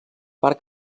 part